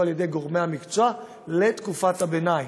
על ידי גורמי המקצוע לתקופת הביניים,